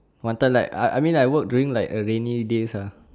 wanted like I I mean I work during like a rainy day ah